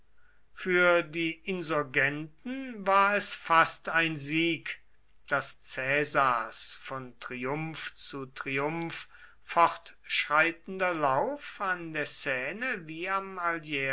für die insurgenten war es fast ein sieg daß caesars von triumph zu triumph fortschreitender lauf an der seine wie